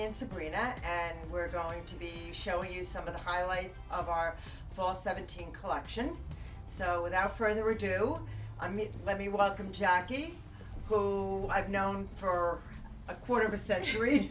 in sabrina and we're going to be showing you some of the highlights of our fourth seventeen collection so without further ado i mean let me welcome jackie who i've known for a quarter of a century